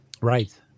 Right